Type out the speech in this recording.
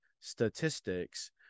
statistics